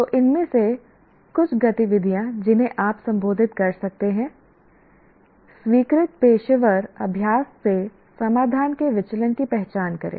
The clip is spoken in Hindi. तो इनमें से कुछ गतिविधियाँ जिन्हें आप संबोधित कर सकते हैं स्वीकृत पेशेवर अभ्यास से समाधान के विचलन की पहचान करें